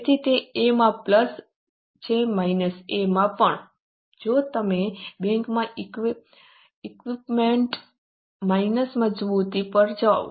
તેથી તે A માં પ્લસ છે માઈનસ A માં પણ જો તમે બેંકમાં ઈક્વિપમેન્ટ માઈનસમાં સમજૂતી પર જાઓ